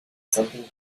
something